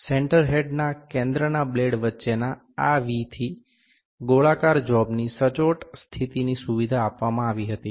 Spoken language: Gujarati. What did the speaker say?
સેન્ટર હેડના કેન્દ્રના બ્લેડ વચ્ચેના આ V થી ગોળાકાર જોબની સચોટ સ્થિતિની સુવિધા આપવામાં આવી હતી